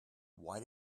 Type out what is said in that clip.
why